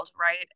right